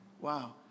Wow